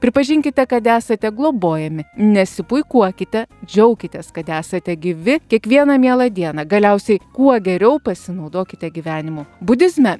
pripažinkite kad esate globojami nesipuikuokite džiaukitės kad esate gyvi kiekvieną mielą dieną galiausiai kuo geriau pasinaudokite gyvenimu budizme